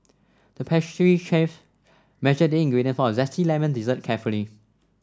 the pastry chef measured the ingredients for a zesty lemon dessert carefully